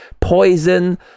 poison